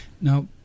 Now